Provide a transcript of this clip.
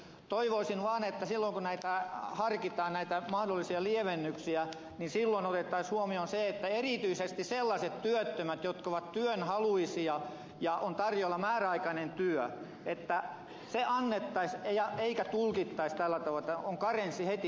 toivoisin vaan että kun näitä mahdollisia lievennyksiä harkitaan silloin otettaisiin huomioon se että erityisesti sellaisille työttömille jotka ovat työhaluisia ja joille on tarjolla määräaikainen työ lievennys annettaisiin eikä tulkittaisi tällä tavalla että on karenssi heti niskassa